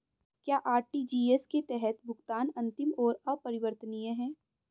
क्या आर.टी.जी.एस के तहत भुगतान अंतिम और अपरिवर्तनीय है?